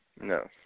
No